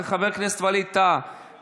חבר הכנסת ווליד טאהא,